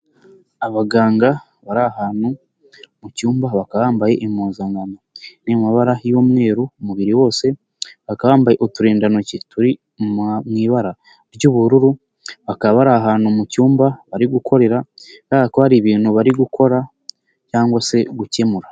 Abaganga bari ahantu mu cyumba bakaba bambaye impuzankano iri mu mabara y'umweru umubiri wose, bakaba bambaye uturindantoki turi mu ibara ry'ubururu, bakaba bari ahantu mu cyumba bari gukorera, bigaragara ko hari ibintu bari gukora cyangwa se gukemura.